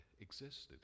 existed